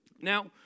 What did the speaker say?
Now